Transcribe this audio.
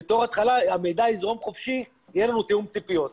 והמידע יזרום חופשי ויהיה לנו תיאום ציפיולת.